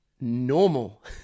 normal